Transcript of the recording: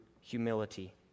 humility